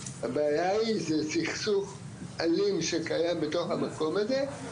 הבעיה היא זה סכסוך אלים שקיים בתוך המקום הזה,